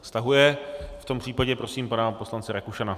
Stahuje, v tom případě prosím pana poslance Rakušana.